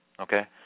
okay